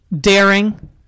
Daring